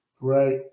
Right